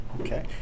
Okay